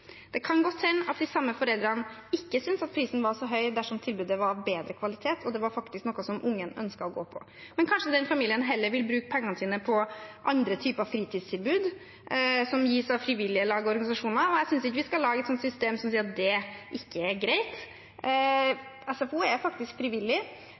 Det kan godt hende at de samme foreldrene ikke ville synes at prisen var så høy dersom tilbudet var av bedre kvalitet og det faktisk var noe som barnet ønsket å gå på. Kanskje den familien heller vil bruke pengene sine på fritidstilbud som gis av frivillige lag og organisasjoner. Jeg synes ikke vi skal lage et system der det ikke er greit.